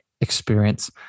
experience